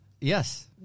yes